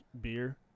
beer